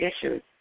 issues